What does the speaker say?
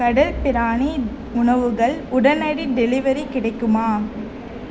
கடல் பிராணி உணவுகள் உடனடி டெலிவரி கிடைக்குமா